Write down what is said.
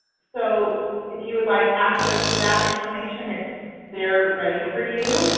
so if you would like access to that information it's there ready for you.